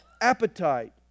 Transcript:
appetite